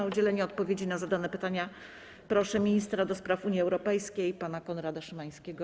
O udzielenie odpowiedzi na zadane pytania proszę ministra do spraw Unii Europejskiej pana Konrada Szymańskiego.